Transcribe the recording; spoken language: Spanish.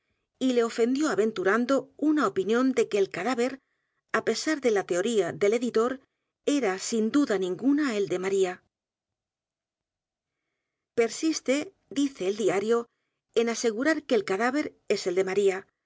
y le ofendió aventurando una opinión de que el cadáver á pesar de la teoría del editor era sin duda ninguna el de maría persiste dice el diario en a s e g u r a r que el cadáver es el de